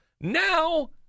now